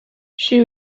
she